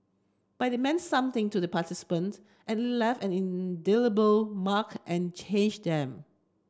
but it meant something to the participants and it left an indelible mark and it changed them